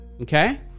Okay